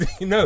No